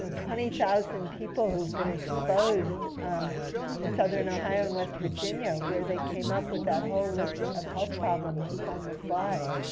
twenty thousand people who have been exposed um in southern ohio and west virginia where they came up with that whole list of health problems that's on the slide.